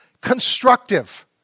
constructive